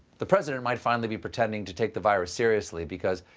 the president might finally be pretending to take the virus seriously because,